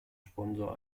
sponsor